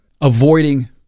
Avoiding